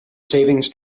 savings